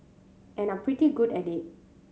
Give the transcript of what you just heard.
and are pretty good at it